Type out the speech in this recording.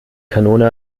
kanone